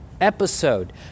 episode